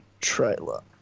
trailer